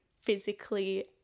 physically